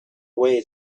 away